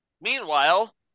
Meanwhile